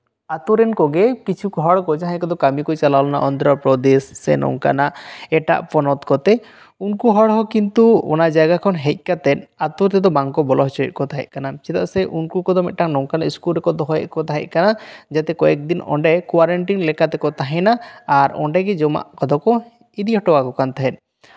ᱟᱛᱳᱨᱮᱱ ᱠᱚᱜᱮ ᱠᱤᱪᱷᱩ ᱦᱚᱲ ᱠᱚ ᱡᱟᱦᱟᱸᱭ ᱠᱚᱫᱚ ᱠᱟᱹᱢᱤ ᱠᱚ ᱪᱟᱞᱟᱣ ᱞᱮᱱᱟ ᱚᱱᱫᱷᱨᱚᱯᱨᱚᱫᱮᱥ ᱥᱮ ᱱᱚᱝᱠᱟᱱᱟᱜ ᱮᱴᱟᱜ ᱯᱚᱱᱚᱛ ᱠᱚᱛᱮ ᱩᱱᱠᱩ ᱦᱚᱲ ᱦᱚᱸ ᱠᱤᱱᱛᱩ ᱮᱴᱟᱜ ᱡᱟᱭᱜᱟ ᱠᱷᱚᱱ ᱦᱮᱡ ᱠᱟᱛᱮ ᱟᱛᱳ ᱛᱮᱫᱚ ᱵᱟᱝᱠᱚ ᱵᱚᱞᱚ ᱦᱚᱪᱚᱭᱮᱫ ᱠᱚ ᱛᱟᱦᱮᱸᱠᱟᱱᱟ ᱪᱮᱫᱟᱜ ᱥᱮ ᱩᱱᱠᱩ ᱠᱚᱫᱚ ᱢᱤᱫᱴᱟᱝ ᱱᱚᱝᱠᱟᱱ ᱥᱠᱩᱞ ᱨᱮᱠᱚ ᱫᱚᱦᱚᱭᱮᱫ ᱠᱚ ᱛᱟᱦᱮᱸᱠᱟᱱᱟ ᱡᱟᱛᱮ ᱠᱚᱭᱮᱠ ᱫᱤᱱ ᱚᱸᱰᱮ ᱠᱳᱣᱟᱨᱮᱱᱴᱤᱱ ᱞᱮᱠᱟᱛᱮᱠᱚ ᱛᱟᱦᱮᱱᱟ ᱟᱨ ᱚᱸᱰᱮ ᱜᱮ ᱡᱚᱢᱟᱜ ᱠᱚᱫᱚ ᱠᱚ ᱤᱫᱤ ᱦᱚᱴᱚᱣᱟᱠᱚ ᱠᱟᱱ ᱛᱟᱦᱮᱸᱫ